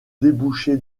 débouché